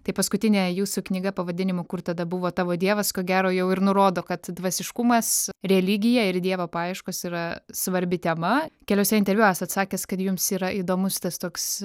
tai paskutinė jūsų knyga pavadinimu kur tada buvo tavo dievas ko gero jau ir nurodo kad dvasiškumas religija ir dievo paieškos yra svarbi tema keliuose interviu esat sakęs kad jums yra įdomus tas toks